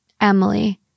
Emily